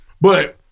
But-